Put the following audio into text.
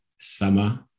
summer